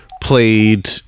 played